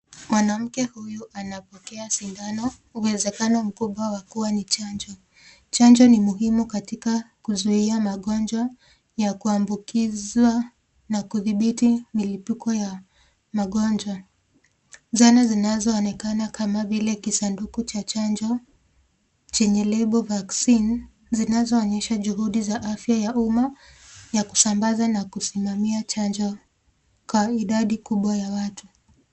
Mwanamke huyu anapokea sindano uwezekano mkubwa wa kuwa ni chanjo. Chanjo ni muhimu katika kuzuia magonjwa ya kuambukizwa na kudhibiti milipuko ya magonjwa. Zana zinazoonekana kama vile kisanduku cha chanjo chenye lebo vaccine zinazoonyesha juhudi za afya ya uma ya kusambaza na kusimamia chanjo kwa idadi kubwa ya watu